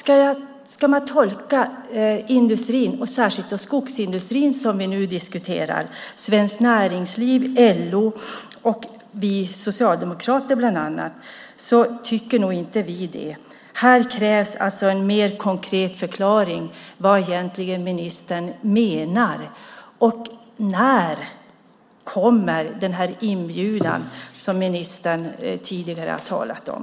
Ja, ska man tolka industrin, och särskilt skogsindustrin som vi nu diskuterar, Svenskt Näringsliv, LO och vi socialdemokrater bland annat, så tycker vi nog inte det. Här krävs alltså en mer konkret förklaring. Vad menar egentligen ministern? Och när kommer den här inbjudan som ministern tidigare har talat om?